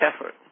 effort